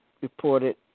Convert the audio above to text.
reported